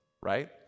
right